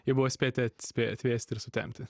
jau buvo spėte at spėję atvėsti ir sutemti